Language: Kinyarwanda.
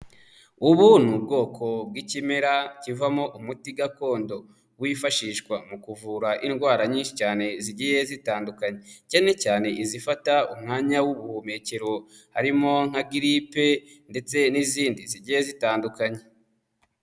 Ubu ni ubwoko bw'ikimera kivamo umuti gakondo wifashishwa mu kuvura indwara nyinshi cyane zigiye zitandukanye, cyane cyane izifata umwanya w'ubuhumekero harimo nka giripe ndetse n'izindi zigiye zitandukanye.